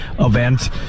event